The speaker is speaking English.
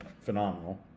phenomenal